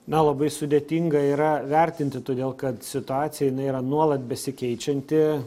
na labai sudėtinga yra vertinti todėl kad situacija jinai yra nuolat besikeičianti